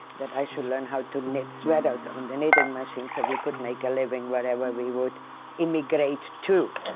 that i should learn how to knit sweaters on the knitting machine so we could make a living wherever we would immigrate to.